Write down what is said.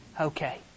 Okay